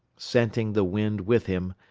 scenting the wind with him,